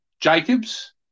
Jacobs